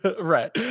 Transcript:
Right